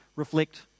reflect